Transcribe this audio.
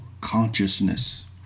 consciousness